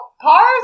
cars